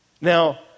Now